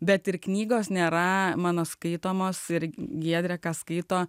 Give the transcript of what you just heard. bet ir knygos nėra mano skaitomos ir giedrė ką skaito